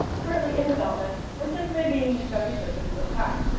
currently in development, or simply being used by researchers at the time.